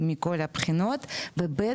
מכל הבחינות וב',